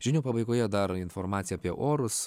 žinių pabaigoje dar informaciją apie orus